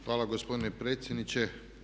Hvala gospodine predsjedniče.